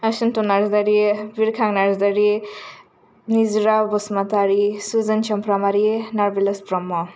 Asintho Narzary Birkhang Narzary Nijira Basumatary Sujen Sumphramary Narbilas Brahma